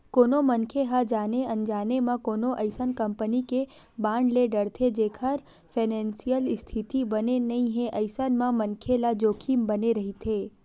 कोनो मनखे ह जाने अनजाने म कोनो अइसन कंपनी के बांड ले डरथे जेखर फानेसियल इस्थिति बने नइ हे अइसन म मनखे ल जोखिम बने रहिथे